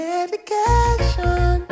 Medication